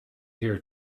here